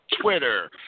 Twitter